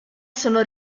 sono